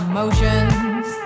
Emotions